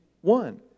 one